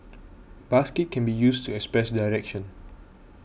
basket can be used to express direction